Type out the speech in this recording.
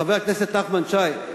חבר הכנסת נחמן שי,